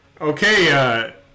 Okay